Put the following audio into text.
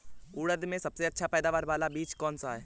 उड़द में सबसे अच्छा पैदावार वाला बीज कौन सा है?